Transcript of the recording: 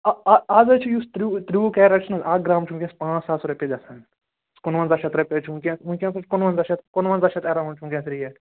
اَ اَز اَز حظ چھُ یُس ترٛوُ ترٛوٚوُہ کیریٹ چھُنہٕ حظ اَکھ گرام چھُ وُنکیٚس پانٛژھ ساس رۄپیہِ گژھان کُنوَنٛزاہ شتھ رۄپیہِ حظ چھِ وُنکیٚس وُنکیٚس حظ چھِ کُنوَنٛزاہ شتھ کُنوَنٛزاہ شتھ ایٚراوُنٛڈ چھِ وُنکیٚس ریٹ